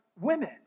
women